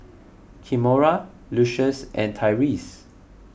Kimora Lucius and Tyreese